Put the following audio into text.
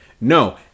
No